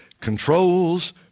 controls